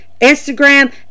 Instagram